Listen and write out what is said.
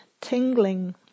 tingling